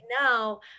now